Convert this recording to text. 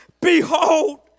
Behold